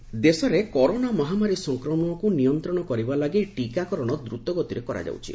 vaccine ଦେଶରେ corona ମହାମାରୀ ସଂକ୍ରମଣକୃ ନିୟନ୍ତ୍ରଣ କରିବା ଲାଗି ଟିକାକରଣ ଦ୍ରତଗତିରେ କରାଯାଉଛି